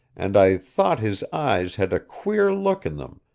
and i thought his eyes had a queer look in them,